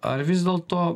ar vis dėlto